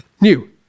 new